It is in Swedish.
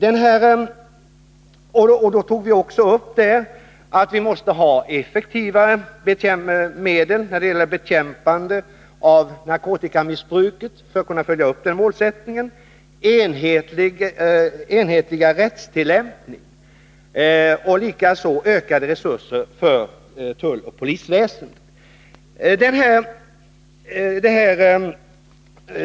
Vi tog också upp i förslaget att, för att kunna följa upp den målsättningen, vi måste ha effektivare medel för att bekämpa narkotikamissbruket, en enhetlig rättstillämpning och även ökade resurser för tulloch polisväsendet.